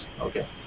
Okay